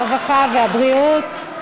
הרווחה והבריאות.